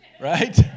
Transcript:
right